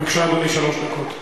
בבקשה, אדוני, שלוש דקות.